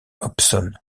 hobson